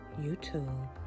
YouTube